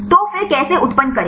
तो फिर कैसे उत्पन्न करे